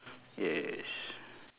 yes